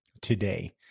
today